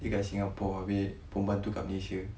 dia kat singapore abeh perempuan tu kat malaysia